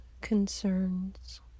concerns